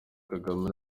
kagame